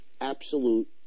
Absolute